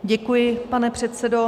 Děkuji, pane předsedo.